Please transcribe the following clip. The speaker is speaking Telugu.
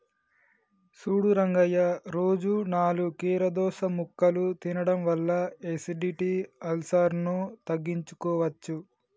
సూడు రంగయ్య రోజు నాలుగు కీరదోస ముక్కలు తినడం వల్ల ఎసిడిటి, అల్సర్ను తగ్గించుకోవచ్చు